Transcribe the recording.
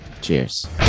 Cheers